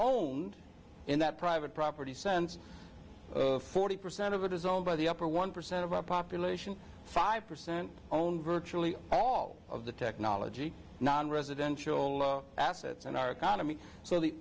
owned in that private property sense forty percent of it is owned by the upper one percent of our population five percent owned virtually all of the technology nonresidential assets in our economy so the